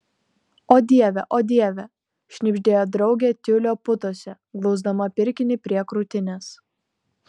o dieve o dieve šnibždėjo draugė tiulio putose glausdama pirkinį prie krūtinės